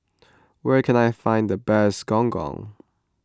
where can I find the best Gong Gong